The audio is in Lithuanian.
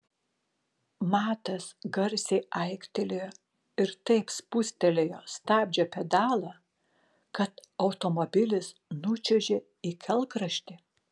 matas garsiai aiktelėjo ir taip spustelėjo stabdžio pedalą kad automobilis nučiuožė į kelkraštį